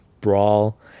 brawl